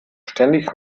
ständig